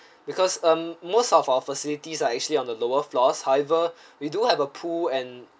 because um most of our facilities are actually on the lower floors however we do have a pool and